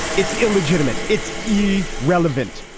it's illegitimate. it's e relevant.